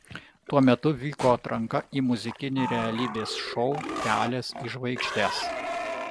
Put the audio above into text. tuo metu vyko atranka į muzikinį realybės šou kelias į žvaigždes